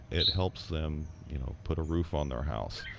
it helps them you know put a roof on their house.